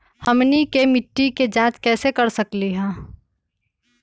हमनी के मिट्टी के जाँच कैसे कर सकीले है?